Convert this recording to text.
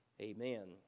amen